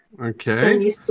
okay